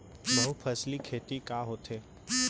बहुफसली खेती का होथे?